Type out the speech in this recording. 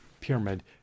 Pyramid